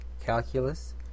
calculus